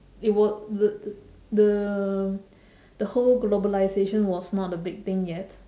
it would the the the whole globalisation was not a big thing yet